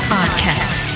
Podcast